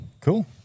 cool